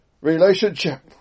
relationship